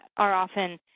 are often